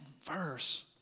verse